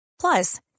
Plus